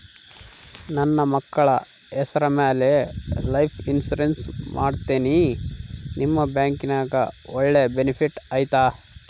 ನನ್ನ ಮಕ್ಕಳ ಹೆಸರ ಮ್ಯಾಲೆ ಲೈಫ್ ಇನ್ಸೂರೆನ್ಸ್ ಮಾಡತೇನಿ ನಿಮ್ಮ ಬ್ಯಾಂಕಿನ್ಯಾಗ ಒಳ್ಳೆ ಬೆನಿಫಿಟ್ ಐತಾ?